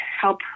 help